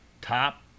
top